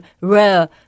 rare